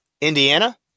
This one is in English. Indiana